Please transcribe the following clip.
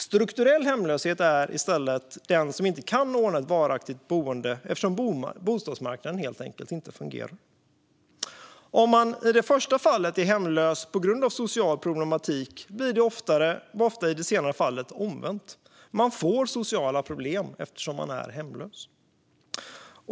Strukturell hemlöshet är det i stället när någon inte kan ordna ett varaktigt boende eftersom bostadsmarknaden helt enkelt inte fungerar. Om man i det första fallet är hemlös på grund av social problematik blir det ofta i det senare fallet omvänt. Man får sociala problem eftersom man är hemlös.